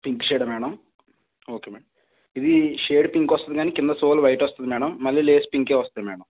pink షేడా madam okay madam ఇది shade pink వస్తుంది కానీ కింద షోల్ వైట్ వస్తుంది మ్యాడం మళ్లీ లేస్ పింకె వస్తుంది మ్యాడం